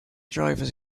drivers